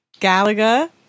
Galaga